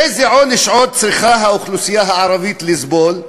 איזה עונש עוד צריכה האוכלוסייה הערבית לסבול,